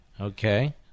Okay